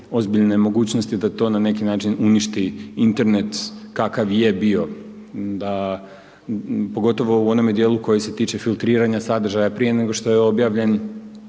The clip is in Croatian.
ozbiljne mogućnosti da to ne neki način uništi Internet kakav je bio, pogotovo u onome dijelu koji se tiče filtriranja sadržaja prije nego što je objavljen